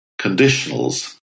conditionals